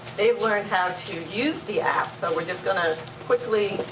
they've learned how to use the app, so we're just gonna quickly.